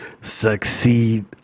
succeed